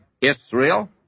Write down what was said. Israel